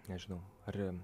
nežinau ar